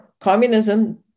communism